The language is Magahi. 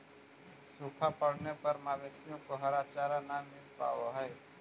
सूखा पड़ने पर मवेशियों को हरा चारा न मिल पावा हई